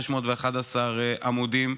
611 עמודים,